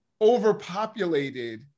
overpopulated